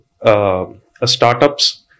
startups